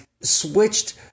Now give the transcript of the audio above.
switched